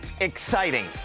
exciting